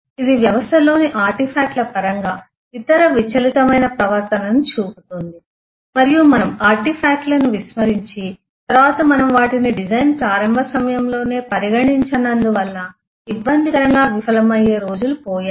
ఇది వ్యవస్థలోని ఆర్టిఫాక్ట్ల పరంగా ఇతర విచలితమైన ప్రవర్తనను చూపుతుంది మరియు మనం ఆర్టిఫాక్ట్లను విస్మరించి తరువాత మనము వాటిని డిజైన్ ప్రారంభ సమయంలోనే పరిగణించనందువల్ల ఇబ్బందికరంగా విఫలమయ్యే రోజులు పోయాయి